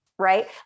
Right